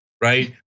right